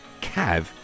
Cav